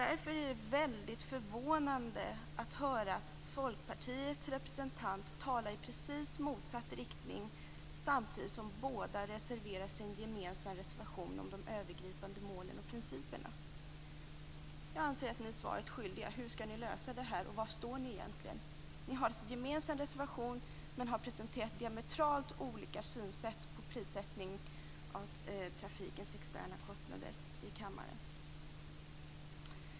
Därför är det väldigt förvånande att höra Folkpartiets representant tala i precis motsatt riktning, samtidigt som båda står bakom en gemensam reservation kring de övergripande målen och principerna. Jag anser att ni är svaret skyldiga: Hur skall ni lösa det här, och var står ni egentligen? Ni har en gemensam reservation men har i kammaren presenterat diametralt olika synsätt på prissättning av trafikens externa kostnader.